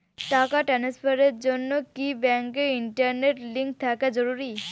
টাকা ট্রানস্ফারস এর জন্য কি ব্যাংকে ইন্টারনেট লিংঙ্ক থাকা জরুরি?